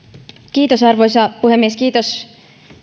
arvoisa puhemies kiitos